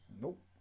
Nope